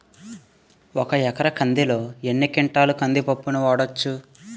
ఒక ఎకర కందిలో ఎన్ని క్వింటాల కంది పప్పును వాడచ్చు?